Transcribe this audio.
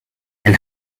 and